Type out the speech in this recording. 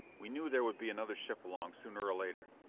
we knew there would be another ship along, sooner or later.